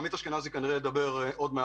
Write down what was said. אני מניח שעמית אשכנזי ידבר על כך